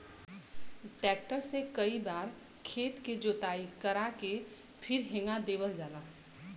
tractor से कई बार खेत के जोताई करा के फिर हेंगा देवल जाला